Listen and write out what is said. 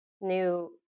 new